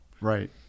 Right